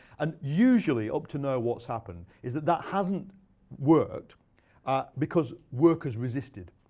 and usually, up to now what's happened is that that hasn't worked because workers resisted.